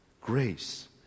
grace